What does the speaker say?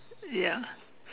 ya